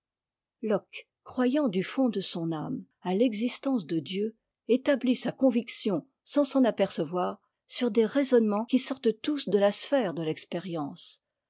locke croyant du fond de son âme à l'existence de dieu établit sa conviction sans s'en apercevoir sur des raisonnements qui sortent tous de la sphère de l'expérience